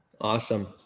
awesome